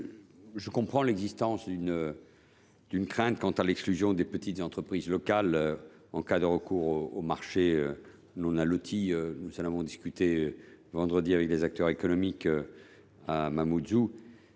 je comprends la crainte d’une exclusion des petites entreprises locales en cas de recours aux marchés non allotis. Nous en avons discuté vendredi dernier avec les acteurs économiques à Mamoudzou.